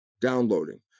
downloading